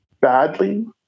badly